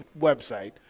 website